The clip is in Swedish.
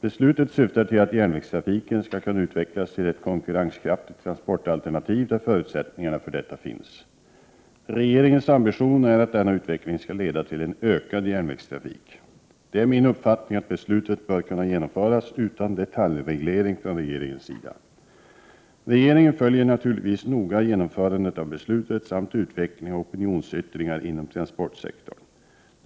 Beslutet syftar till att järnvägstrafiken skall kunna utvecklas till ett konkurrenskraftigt transportalternativ där förutsättningar för detta finns. Regeringens ambition är att denna utveckling skall leda till en ökad järnvägstrafik. Det är min uppfattning att beslutet bör kunna genomföras utan detaljreglering från regeringens sida. Regeringen följer naturligtvis noga genomförandet av beslutet samt utveckling och opinionsyttringar inom transportsektorn.